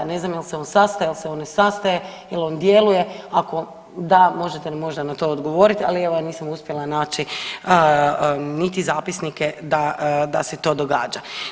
Ja ne znam jel se on sastaje, jel se on ne sastaje, jel on djeluje, ako da možete nam možda na to odgovoriti, ali evo ja nisam uspjela naći niti zapisnike da se to događa.